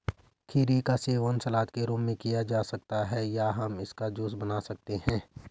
खीरे का सेवन सलाद के रूप में किया जा सकता है या हम इसका जूस बना सकते हैं